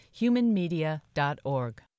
humanmedia.org